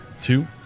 Two